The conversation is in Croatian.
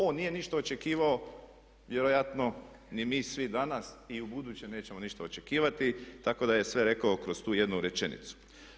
On nije ništa očekivao, vjerojatno ni mi svi danas i u buduće nećemo ništa očekivati tako da je sve rekao kroz tu jednu rečenicu.